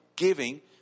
giving